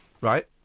Right